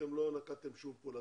אתם לא נקטתם שום פעולה.